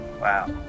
Wow